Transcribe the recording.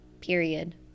Period